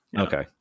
okay